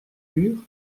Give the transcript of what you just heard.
pur